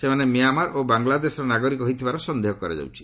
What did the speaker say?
ସେମାନେ ମ୍ୟାମାର ଓ ବାଙ୍ଗ୍ଲାଦେଶର ନାଗରିକ ହୋଇଥିବାର ସନ୍ଦେହ କରାଯାଉଛି